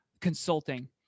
consulting